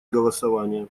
голосования